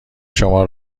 شما